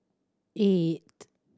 eight